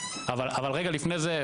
אבל רגע לפני זה,